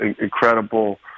incredible